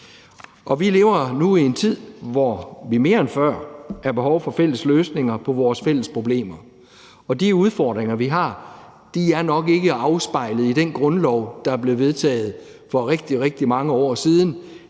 Vi lever nu i en tid, hvor vi mere end før har behov for fælles løsninger på vores fælles problemer, og de udfordringer, vi har, er nok ikke afspejlet i den grundlov, der blev vedtaget for rigtig, rigtig mange år siden,